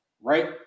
Right